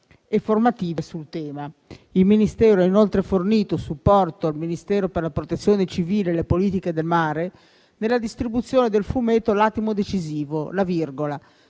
e formative sul tema. Il Ministero ha inoltre fornito supporto al Ministero per la protezione civile e le politiche del mare nella distribuzione del fumetto «L'attimo decisivo - La virgola»